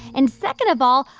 and second of all,